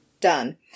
Done